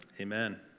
amen